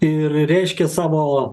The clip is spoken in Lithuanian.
ir reiškė savo